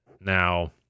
Now